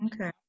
Okay